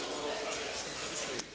Hvala na